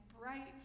bright